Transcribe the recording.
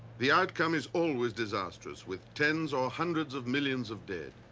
the outcome is always disastrous with tens or hundreds of millions of dead.